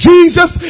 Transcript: Jesus